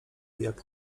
jak